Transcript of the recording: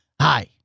Hi